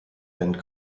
band